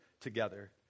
together